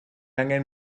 angen